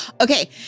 okay